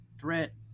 threat